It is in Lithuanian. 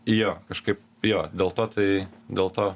jo kažkaip jo dėl to tai dėl to